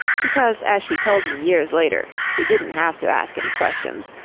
because as she told me years later, she didn't have to ask any questions,